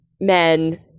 men